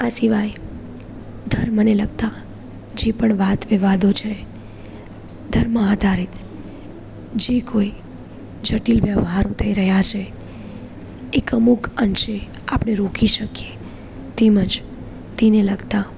આ સિવાય ધર્મને લગતા જે પણ વાદવિવાદો છે ધર્મ આધારિત જે કોઈ જટિલ વ્યવહારો થઈ રહ્યા છે એક અમુક અંશે આપણે રોકી શકીએ તેમજ તેને લગતા